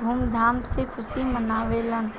धूमधाम से खुशी मनावेलन